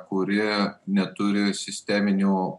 kuri neturi sisteminių